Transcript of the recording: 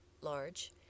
large